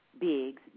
Biggs